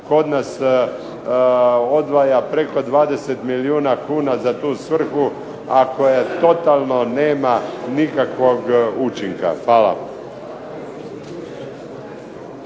kod nas odvaja preko 20 milijuna kuna za tu svrhu, a koja totalno nema nikakvog učinka. Hvala.